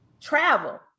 travel